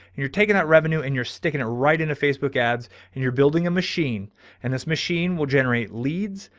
and you're taking that revenue and you're sticking it right into facebook ads and you're building a machine and this machine will generate leads.